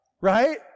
right